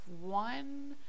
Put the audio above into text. one